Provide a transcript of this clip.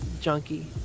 junkie